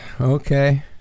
okay